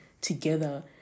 together